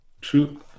True